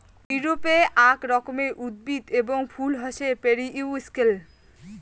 ইউরোপে আক রকমের উদ্ভিদ এবং ফুল হসে পেরিউইঙ্কেল